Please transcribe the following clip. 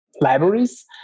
libraries